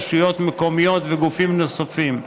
רשויות מקומיות וגופים נוספים.